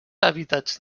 hàbitats